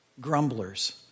grumblers